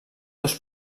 dos